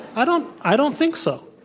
i don't i don't think so.